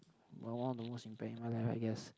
like one of the most impact in my life I guess